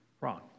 wrong